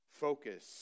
Focus